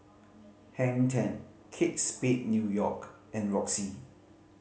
Hang Ten Kate Spade New York and Roxy